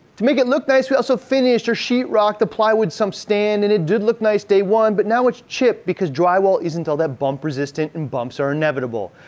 to make it look nice, we also finished or sheet-rocked the plywood sump stand and it did look nice day one but now it's chipped because drywall isn't all that bump-resistant and bumps are inevitable.